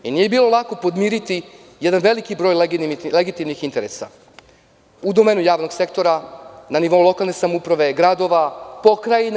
Nije bilo lako podmiriti jedan veliki broj legitimnih interesa u domenu javnog sektora, na nivou lokalne samouprave, gradova, pokrajina.